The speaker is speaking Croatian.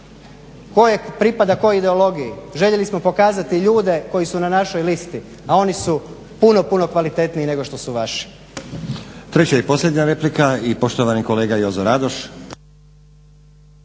tko pripada kojoj ideologiji. Željeli smo pokazati ljude koji su na našoj listi, a oni su puno, puno kvalitetniji nego što su vaši. **Stazić, Nenad (SDP)** Treća i posljednja replika i poštovani kolega Jozo Radoš.